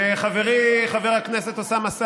חברי חבר הכנסת אוסאמה סעדי,